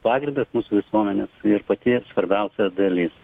pagrindas mūsų visuomenės ir pati svarbiausia dalis